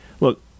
look